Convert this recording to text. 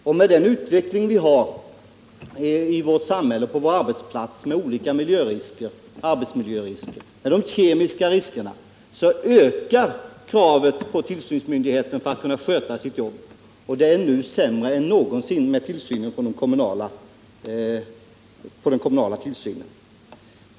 Och med den utveckling som vi har i vårt samhälle och på våra arbetsplatser med olika arbetsmiljörisker, med de kemiska riskerna, så ökar kravet på tillsynsmyndigheten att den skall kunna sköta jobbet, och det är nu sämre än någonsin med den kommunala tillsynen.